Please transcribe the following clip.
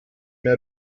mehr